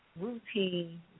routine